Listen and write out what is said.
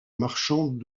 marchand